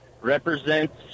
represents